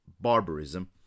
barbarism